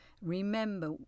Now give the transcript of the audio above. Remember